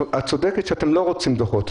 את צודקת שאתם לא רוצים דוחות,